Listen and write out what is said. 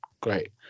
great